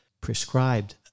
prescribed